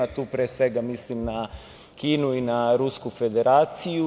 Tu, pre svega, mislim na Kinu i na Rusku Federaciju.